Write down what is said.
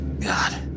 God